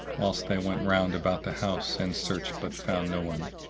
whilst they went round about the house and searched but found no one.